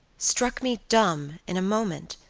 struck me dumb in a moment,